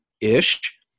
ish